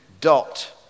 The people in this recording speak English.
DOT